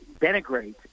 denigrate